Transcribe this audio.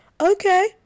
Okay